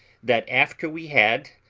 that after we had,